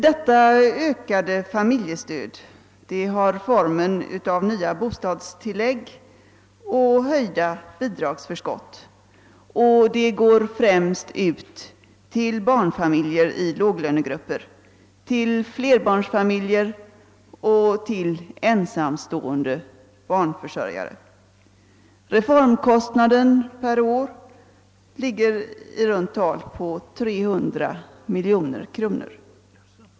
Detta ökade familjestöd har formen av nya bostadstillägg och höjda bidragsförskott och skall främst gå till barnfamiljer i låglönegrupperna, till flerbarnsfamiljer och till ensamstående barnförsörjare. Kostnaderna för den reformen uppgår per år till i runt tal 300 miljoner kronor.